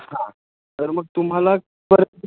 हां तर मग तुम्हाला परत